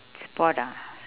sport ah